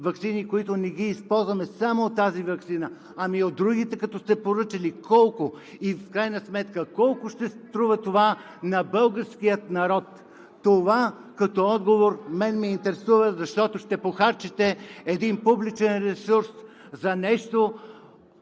ваксините, които не ги използваме, само от тази ваксина? Ами от другите като сте ги поръчали – колко? В крайна сметка колко ще струва това на българския народ? Това като отговор мен ме интересува, защото ще похарчите един публичен ресурс за нещо.